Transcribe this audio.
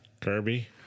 Kirby